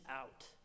out